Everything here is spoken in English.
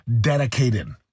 dedicated